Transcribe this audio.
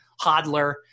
hodler